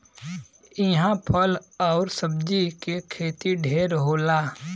इहां फल आउर सब्जी के खेती ढेर होला